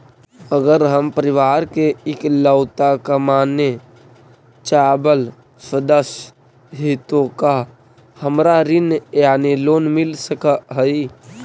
अगर हम परिवार के इकलौता कमाने चावल सदस्य ही तो का हमरा ऋण यानी लोन मिल सक हई?